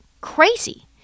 crazy